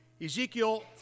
Ezekiel